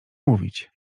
mówić